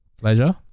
pleasure